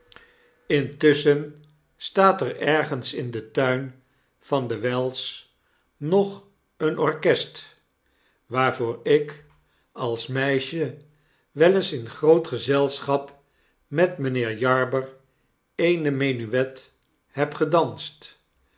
intusschen staat er ergens in den tuin van de wells nog een orkest waarvoor ik als meisje wel eens in groot gezelschap met mynheer jarber eene menuet heb gedanst